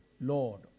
Lord